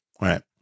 Right